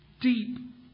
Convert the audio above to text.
deep